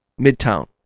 midtown